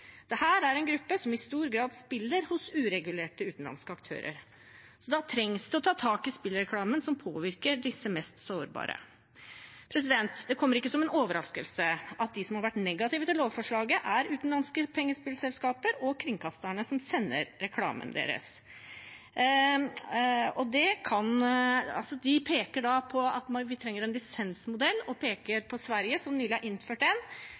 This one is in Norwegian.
er en gruppe som i stor grad spiller hos uregulerte utenlandske aktører. Da trengs det å ta tak i spillreklamen, som påvirker disse mest sårbare. Det kommer ikke som en overraskelse at de som har vært negative til lovforslaget, er utenlandske pengespillselskaper og kringkasterne som sender reklamen deres. De peker på at vi trenger en lisensmodell, og på Sverige, som nylig har innført det. Men det har ikke gått knirkefritt, og det vil nok ta en